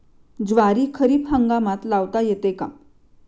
ज्वारी खरीप हंगामात लावता येते का?